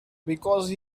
because